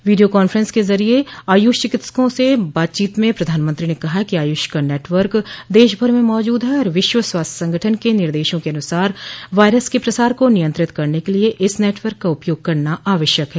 video conference के जरिए आयुष चिकित्सकों से बातचीत में प्रधानमंत्री ने कहा कि आयुष का नेटवर्क देशभर में मौजूद है और विश्व स्वास्थ्य संगठन के निर्देशों के अनुसार वायरस के प्रसार को नियंत्रित करने के लिए इस नेटवर्क का उपयोग करना आवश्यक है